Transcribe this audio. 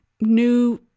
new